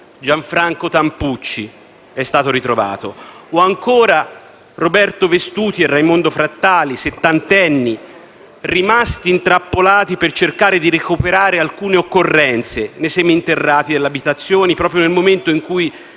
Gianfranco Tampucci. O ancora a Roberto Vestuti e Raimondo Frattali, settantenni, rimasti intrappolati per cercare di recuperare alcune occorrenze nei seminterrati delle abitazioni proprio nel momento in cui